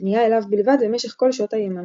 ופנייה אליו בלבד במשך כל שעות היממה.